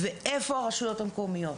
איפה הרשויות המקומיות?